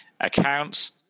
accounts